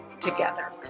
together